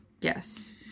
Yes